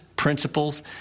principles